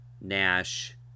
Nash